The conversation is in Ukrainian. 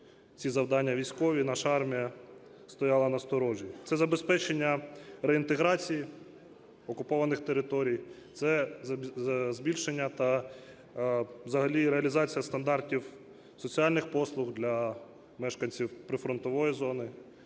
ці завдання військові і наша армія стояла на сторожі; це забезпечення реінтеграції окупованих територій; це збільшення та взагалі реалізація стандартів соціальних послуг для мешканців прифронтової зони;